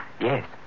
Yes